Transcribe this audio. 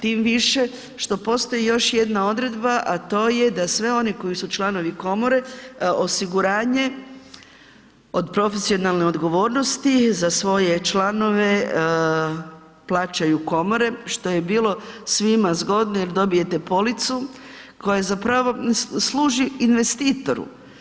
Tim više što postoji još jedna odredba, a to je da sve one koji su članovi komore, osiguranje od profesionalne odgovornosti za svoje članove plaćaju komore, što je bilo svima zgodno jer dobijete policu koja zapravo služi investitoru.